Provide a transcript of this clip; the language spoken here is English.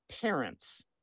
parents